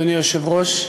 אדוני היושב-ראש,